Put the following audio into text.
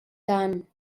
tant